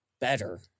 better